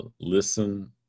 listen